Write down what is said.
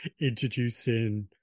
introducing